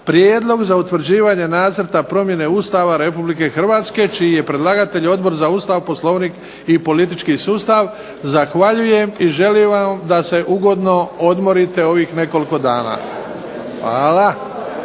Prijedlog za utvrđivanje Nacrta promjene Ustava Republike Hrvatske čiji je predlagatelj Odbor za Ustav, Poslovnik i politički sustav. Zahvaljujem i želim vam da se ugodno odmorite ovih nekoliko dana. Hvala.